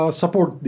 support